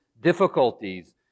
difficulties